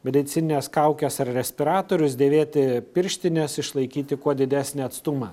medicinines kaukes ar respiratorius dėvėti pirštines išlaikyti kuo didesnį atstumą